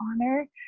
honor